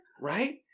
Right